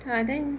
!wah! then